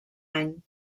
any